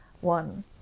one